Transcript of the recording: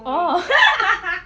orh